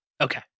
okay